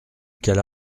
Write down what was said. qu’elle